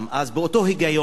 אז באותו היגיון,